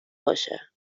باشه